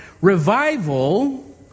revival